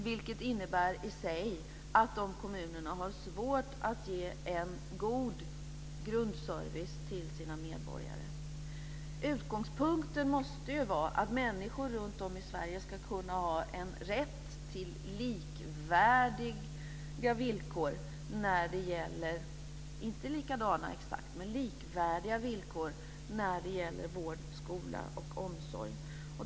Det innebär i sig att de kommunerna har svårt att ge en god grundservice till sina medborgare. Utgångspunkten måste vara att människor runtom i Sverige ska kunna ha en rätt till likvärdiga villkor när det gäller vård, skola och omsorg.